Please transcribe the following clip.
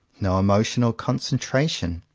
no emotional concentration.